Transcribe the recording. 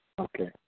Okay